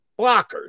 blockers